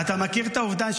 אתה מכיר את העובדה,